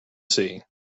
sea